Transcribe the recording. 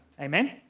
Amen